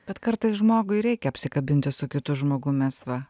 bet kartais žmogui reikia apsikabinti su kitu žmogum mes va